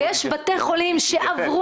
תפתחו מיטות פה ושם.